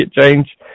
change